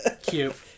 Cute